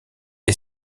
est